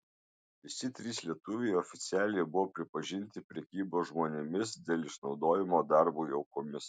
visi trys lietuviai oficialiai buvo pripažinti prekybos žmonėmis dėl išnaudojimo darbui aukomis